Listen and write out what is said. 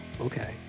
okay